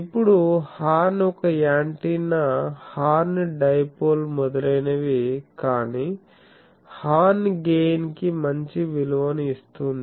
ఇప్పుడు హార్న్ ఒక antenna horn dipole మొదలైనవి కానీ హార్న్ గెయిన్ కి మంచి విలువను ఇస్తుంది